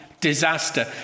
disaster